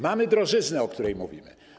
Mamy drożyznę, o której mówimy.